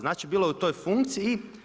Znači bilo je u toj funkciji.